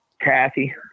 Kathy